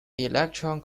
electron